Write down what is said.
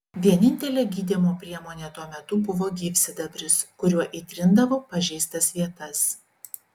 vienintelė gydymo priemonė tuo metu buvo gyvsidabris kuriuo įtrindavo pažeistas vietas